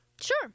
Sure